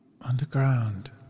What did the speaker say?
underground